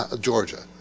Georgia